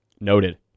Noted